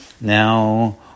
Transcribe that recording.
Now